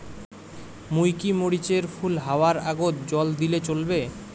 মুই কি মরিচ এর ফুল হাওয়ার আগত জল দিলে চলবে?